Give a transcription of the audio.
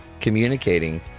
communicating